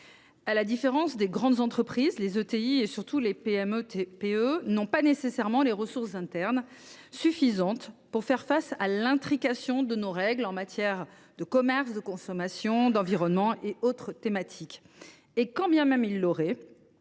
À la différence des grandes entreprises, les ETI et surtout les PME TPE n’ont pas nécessairement les ressources internes suffisantes pour faire face à l’intrication de nos règles en matière de commerce, de consommation, d’environnement et autres thématiques. Quand bien même ils les auraient,